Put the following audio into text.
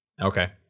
Okay